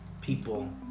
people